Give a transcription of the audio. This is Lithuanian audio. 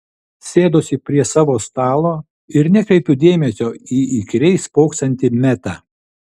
sėduosi prie savo stalo ir nekreipiu dėmesio į įkyriai spoksantį metą